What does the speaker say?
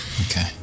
okay